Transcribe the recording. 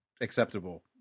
acceptable